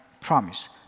promise